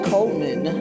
Coleman